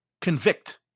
convict